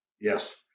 Yes